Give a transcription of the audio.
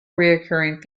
recurring